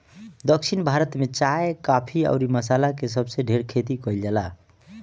दक्षिण भारत में चाय, काफी अउरी मसाला के सबसे ढेर खेती कईल जाला